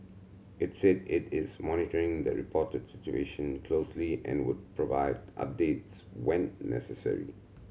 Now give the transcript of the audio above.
it said it is monitoring the reported situation closely and would provide updates when necessary